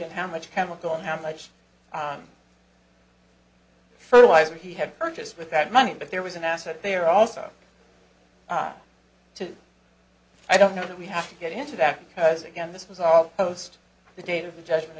and how much chemical and how much fertilizer he had purchased with that money but there was an asset there also to i don't know that we have to get into that because again this was our host the date of the judgment